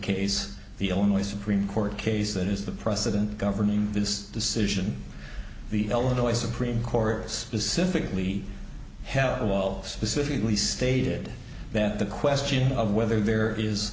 case the illinois supreme court case that is the precedent governing this decision the illinois supreme court's specifically hello specifically stated that the question of whether there is